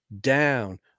down